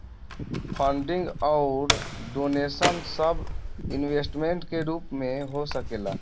funding अउर donation सब investment के रूप में हो सकेला